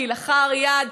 כלאחר יד,